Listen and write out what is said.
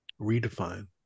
Redefine